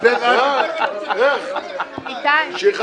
אתה יודע